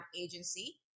agency